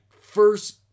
first